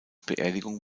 beerdigung